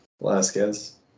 Velasquez